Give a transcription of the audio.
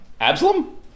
Absalom